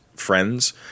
Friends